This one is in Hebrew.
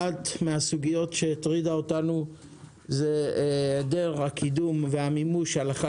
אחת מהסוגיות שהטרידה אותנו היא היעדר הקידום והמימוש הלכה